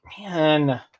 man